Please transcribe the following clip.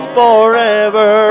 forever